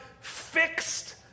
fixed